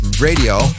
Radio